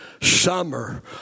summer